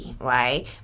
right